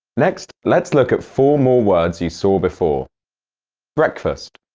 next, let's look at four more words you saw before breakfast